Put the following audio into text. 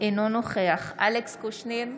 אינו נוכח אלכס קושניר,